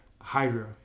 Hydra